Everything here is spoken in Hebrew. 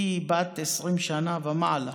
היא בת 20 שנה ומעלה.